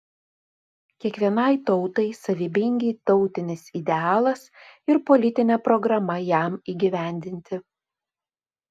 kiekvienai tautai savybingi tautinis idealas ir politinė programa jam įgyvendinti